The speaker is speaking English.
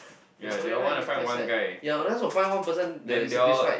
the story line actually quite sad ya unless will find one person the sacrificed